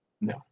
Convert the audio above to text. No